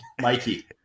Mikey